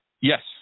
Yes